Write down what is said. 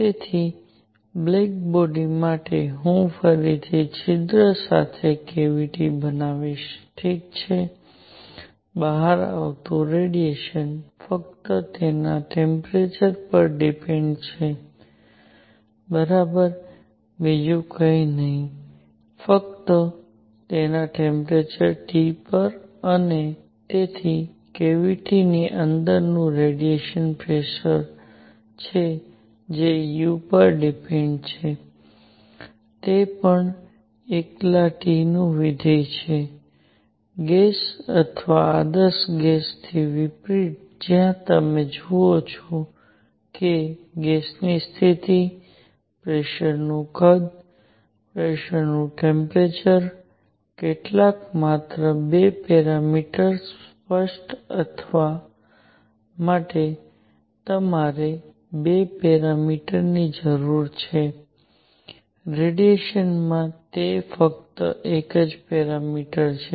તેથી black body માટે હું ફરીથી છિદ્ર સાથે કેવીટી બનાવીશ ઠીક છે બહાર આવતું રેડિયેશન ફક્ત તેના ટેમ્પરેચર પર ડિપેન્ડ છે બરાબર બીજું કંઈ નહીં ફક્ત તેના ટેમ્પરેચર T પર અને તેથી કેવીટીની અંદર રેડિયેશનનું પ્રેસર છે જે u પર ડિપેન્ડ છે તે પણ એકલા T નું વિધેય છે ગેસ અથવા આદર્શ ગેસથી વિપરીત જ્યાં તમે જુઓ છો કે ગેસની સ્થિતિ પ્રેસરનું કદ પ્રેસરનું ટેમ્પરેચર કેટલાક માત્ર 2 પેરામીટર્સ સ્પષ્ટ કરવા માટે તમારે 2 પેરામિટર ની જરૂર છે રેડિયેશનમાં તે ફક્ત એક પેરામિટર છે